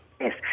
Yes